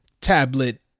tablet